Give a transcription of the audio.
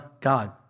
God